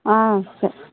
ஆ